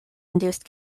induced